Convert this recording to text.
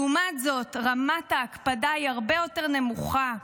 לעומת זאת, רמת ההקפדה היא הרבה יותר נמוכה,